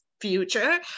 future